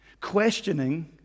questioning